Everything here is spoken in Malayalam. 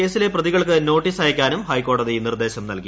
കേസിലെ പ്രതിക്ൾക്ക് നോട്ടീസ് അയയ്ക്കാനും ഹൈക്കോടതി നിർദ്ദേശം നൽകി